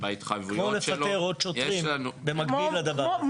כמו לפטר עוד שוטרים במקביל לדבר הזה.